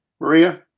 Maria